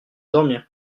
dormir